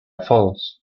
falls